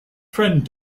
friend